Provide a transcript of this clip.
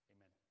Amen